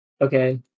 Okay